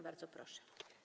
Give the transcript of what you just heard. Bardzo proszę.